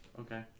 Okay